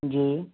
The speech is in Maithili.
जी